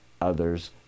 others